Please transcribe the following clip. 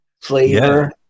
flavor